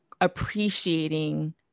appreciating